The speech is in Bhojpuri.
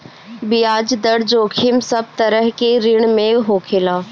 बियाज दर जोखिम सब तरह के ऋण में होखेला